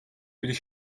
bir